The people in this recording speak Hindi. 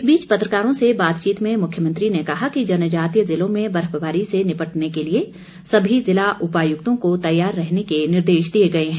इस बीच पत्रकारों से बातचीत में मुख्यमंत्री ने कहा कि जनजातीय ज़िलों में बर्फबारी से निपटने के लिए सभी ज़िला उपायुक्तों को तैयार रहने के निर्देश दिए गए हैं